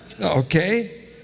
Okay